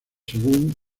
según